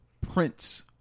Prince